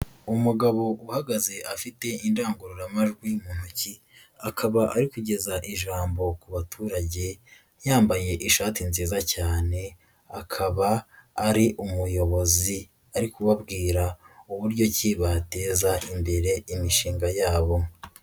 Umugabo uhagaze afite indangururamajwi mu ntoki, akaba arigeza ijambo ku baturage, yambaye ishati nziza cyane, akaba ari umuyobozi, ari kubabwira uburyo ki bateza imbere imishinga yabo.